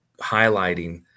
highlighting